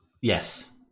Yes